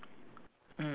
mm